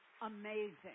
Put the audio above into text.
amazing